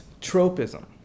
tropism